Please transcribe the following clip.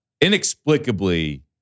inexplicably